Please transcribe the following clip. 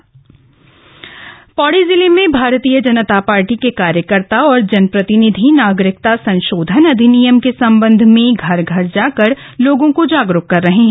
CAA Pauri Pauri जिले में भाजपा के कार्यकर्ता और जनप्रतिनिधि नागरिकता संशोधन अधिनियम के सम्बन्ध में घर घर जाकर लोगों को जागरूक कर रहे हैं